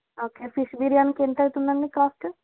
okay fish బిర్యానీకి ఎంత అవుతుందండి కాస్టు